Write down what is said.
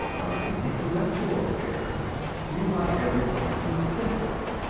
but in intellectual affairs we want everyone to be different,